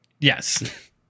Yes